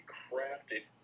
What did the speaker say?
crafted